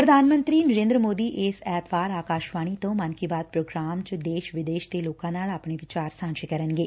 ਪ੍ਰਧਾਨ ਮੰਤਰੀ ਨਰੇਦਰ ਮੋਦੀ ਇਸ ਐਤਵਾਰ ਆਕਾਸ਼ਵਾਣੀ ਤੋ ਮਨ ਕੀ ਬਾਤ ਪ੍ਰੋਗਰਾਮ ਚ ਦੇਸ਼ ਵਿਦੇਸ਼ ਦੇ ਲੋਕਾਂ ਨਾਲ ਆਪਣੇ ਵਿਚਾਰ ਸਾਂਝੇ ਕਰਨਗੇ